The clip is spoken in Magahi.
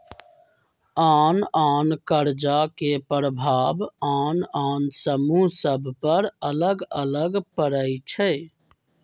आन आन कर्जा के प्रभाव आन आन समूह सभ पर अलग अलग पड़ई छै